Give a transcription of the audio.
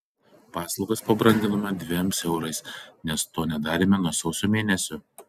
paslaugas pabranginome dviem eurais nes to nedarėme nuo sausio mėnesio